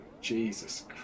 Jesus